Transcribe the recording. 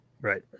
right